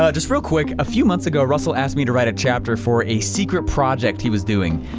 ah just real quick, a few months ago russell asked me to write a chapter for a secret project he was doing,